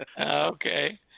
Okay